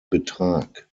betrag